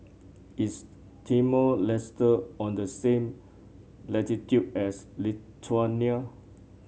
is Timor Leste on the same latitude as Lithuania